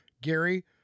Gary